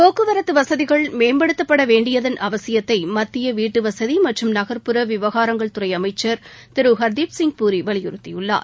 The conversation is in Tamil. போக்குவரத்து வசதிகள் மேம்படுத்தப்பட வேண்டியதன் அவசியத்தை மத்திய வீட்டுவசதி மற்றும் நகா்புற விவகாரங்கள் துறை அமைச்சர் திரு ஹர்தீப் பூரி வலியுறுத்தியுள்ளார்